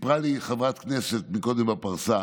סיפרה לי חברת הכנסת קודם בפרסה